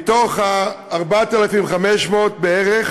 מתוך ה-4,500, בערך,